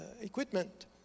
equipment